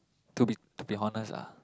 to be to be honest ah